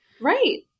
Right